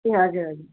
ए हजुर